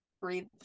breathe